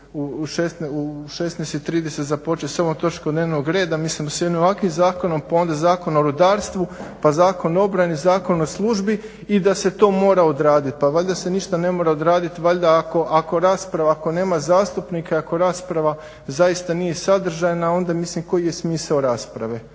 u 16,30 započet sa ovom točkom dnevnog reda mislim da jednim ovakvim zakonom, pa onda Zakon o rudarstvu, pa Zakon o obrani, Zakon o službi i da se to mora odradit. Pa valjda se ništa ne mora odradit. Pa valjda ako rasprava ako nema zastupnika, ako rasprava zaista nije sadržajna onda mislim koji je smisao rasprave.